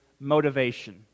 motivation